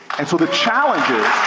and so the challenge is,